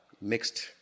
mixed